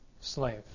slave